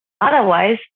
Otherwise